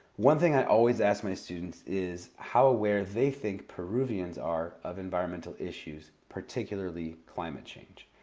one thing i always ask my students is how aware they think peruvians are of environmental issues, particularly climate change.